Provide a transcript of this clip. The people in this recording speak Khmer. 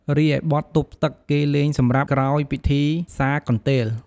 រីឯបទទប់ទឺក គេលេងសម្រាប់ក្រោយពិធីសាកន្ទេល។